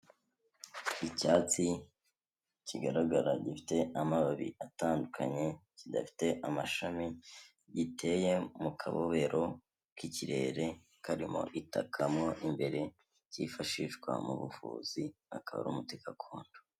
Icyatsi kigaragara gifite amababi atandukanye kidafite amashami, giteye mu kabohero k'ikirere karimo itaka mo imbere byifashishwa mu buvuzi akaba ari umuti gakondo.